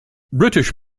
british